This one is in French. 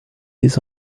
des